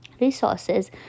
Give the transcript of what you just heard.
resources